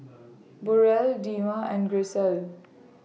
Burrell Dema and Grisel